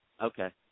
Okay